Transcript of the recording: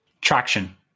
Traction